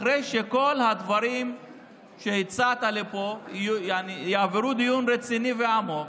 אחרי שכל הדברים שהצעת פה יעברו דיון רציני ועמוק,